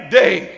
day